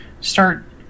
start